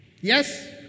Yes